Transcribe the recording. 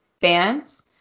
fans